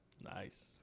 Nice